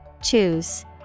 Choose